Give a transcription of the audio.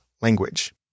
Language